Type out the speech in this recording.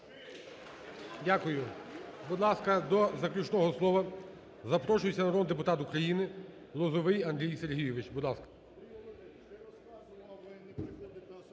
Дякую. Будь ласка, до заключного слова запрошується народний депутат України Лозовой Андрій Сергійович.